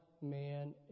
man